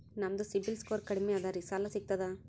ನಮ್ದು CIBIL score ಕಡಿಮಿ ಅದರಿ ಸಾಲಾ ಸಿಗ್ತದ?